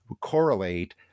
correlate